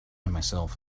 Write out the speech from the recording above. myself